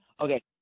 Okay